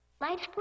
Lights